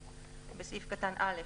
(1)בסעיף קטן (א),